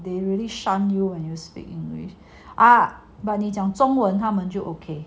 they really shun you when you speak english ah but 你讲中文他们就 okay